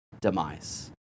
demise